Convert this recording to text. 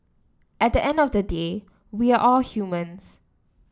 at the end of the day we are all humans